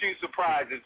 surprises